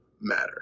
matter